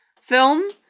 film